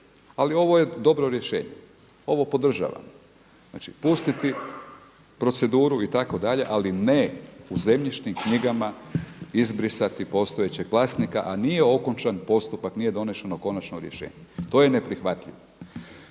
ali ovo je dobro rješenje, ovo podržavam. Znači pustiti proceduru itd., ali ne u zemljišnim knjigama izbrisati postojećeg vlasnika, a nije okončan postupak, nije donešeno konačno rješenje. To je neprihvatljivo.